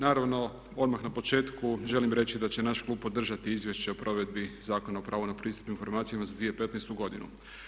Naravno odmah na početku želim reći da će naš klub podržati Izvješće o provedbi Zakona o pravu na pristup informacijama za 2015. godinu.